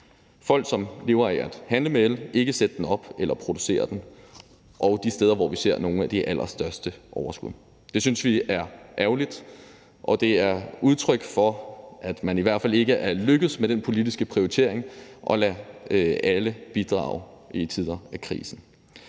folk, som lever af at handle med el, ikke af at sætte den op eller producere den, og det er de steder, hvor vi ser nogle af de allerstørste overskud. Det synes vi er ærgerligt, og det er udtryk for, at man i hvert fald ikke er lykkedes med den politiske prioritering at lade alle bidrage i tider med krise.